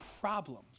problems